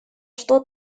что